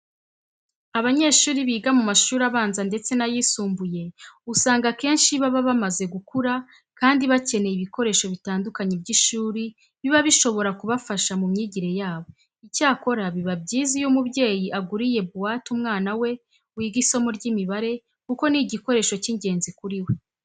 Abanyeshuri biga mu mashuri abanza ndetse n'ayisumbuye usanga akenshi baba bamaze gukura kandi bakeneye ibikoresho bitandukanye by'ishuri biba bishobora kubafasha mu myigire yabo. Icyakora biba byiza iyo umubyeyi aguriye buwate umwana we wiga isomo ry'imibare kuko ni igikoresho cy'ingenzi kuri we.